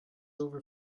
over